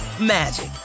magic